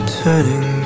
turning